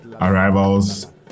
arrivals